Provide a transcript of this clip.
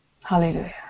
hallelujah